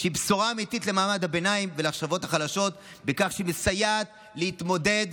והיא בשורה אמיתית למעמד הביניים ולשכבות החלשות בכך שהיא מסייעת להתמודד